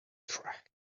track